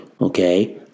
okay